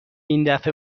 ایندفعه